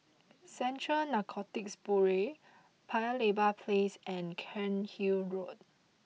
Central Narcotics Bureau Paya Lebar Place and Cairnhill Road